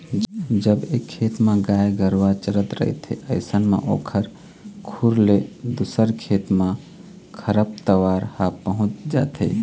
जब एक खेत म गाय गरुवा चरत रहिथे अइसन म ओखर खुर ले दूसर खेत म खरपतवार ह पहुँच जाथे